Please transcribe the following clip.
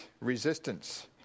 resistance